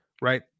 Right